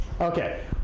Okay